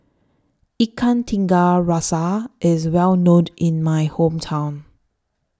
Ikan Tiga Rasa IS Well know in My Hometown